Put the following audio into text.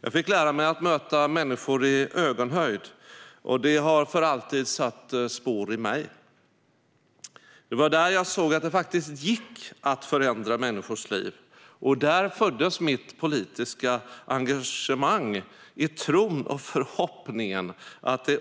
Jag fick lära mig att möta människor i ögonhöjd, och det har satt spår i mig för alltid. Det var där jag såg att det faktiskt gick att förändra människors liv, och där föddes mitt politiska engagemang, i tron och förhoppningen att det